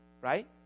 right